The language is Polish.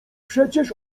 przecież